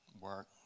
work